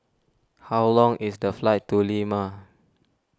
how long is the flight to Lima